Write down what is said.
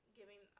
giving